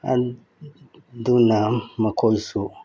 ꯑꯗꯨꯅ ꯃꯈꯣꯏꯁꯨ